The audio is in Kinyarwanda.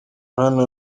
nkana